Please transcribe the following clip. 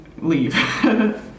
leave